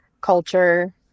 culture